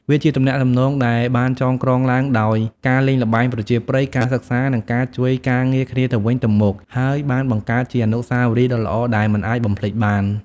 វាជាទំនាក់ទំនងដែលបានចងក្រងឡើងដោយការលេងល្បែងប្រជាប្រិយ ការសិក្សានិងការជួយការងារគ្នាទៅវិញទៅមក ហើយបានបង្កើតជាអនុស្សាវរីយ៍ដ៏ល្អដែលមិនអាចបំភ្លេចបាន។